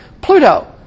Pluto